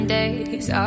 days